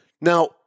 Now